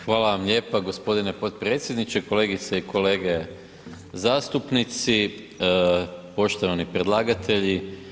Hvala vam lijepa gospodine potpredsjedniče, kolegice i kolege zastupnici, poštovani predlagatelji.